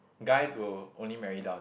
guys will only marry down